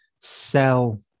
sell